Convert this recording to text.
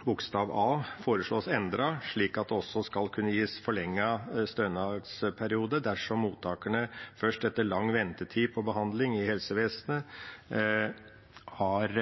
bokstav a foreslås endret, slik at det også skal kunne gis forlenget stønadsperiode dersom mottaker først etter lang ventetid på behandling i helsevesenet ikke har